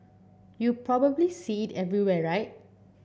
you probably see it everywhere right